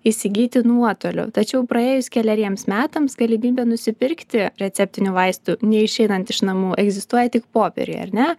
įsigyti nuotoliu tačiau praėjus keleriems metams galimybė nusipirkti receptinių vaistų neišeinant iš namų egzistuoja tik popieriuje ar ne